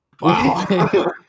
Wow